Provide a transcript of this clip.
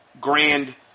grand